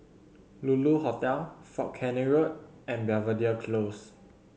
Lulu Hotel Fort Canning Road and Belvedere Close